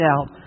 out